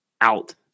out